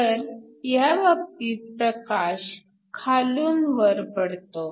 तर ह्या बाबतीत प्रकाश खालून वर पडतो